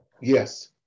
yes